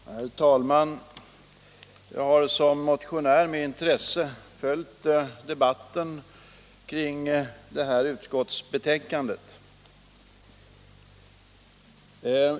Herr talman! Jag har som motionär med intresse följt debatten kring det här utskottsbetänkandet.